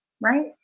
right